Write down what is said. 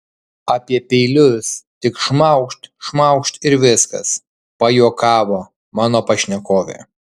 apie peilius tik šmaukšt šmaukšt ir viskas pajuokavo mano pašnekovė